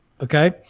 Okay